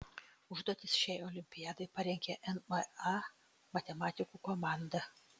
užduotis šiai olimpiadai parengė nma matematikų komanda